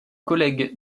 collègue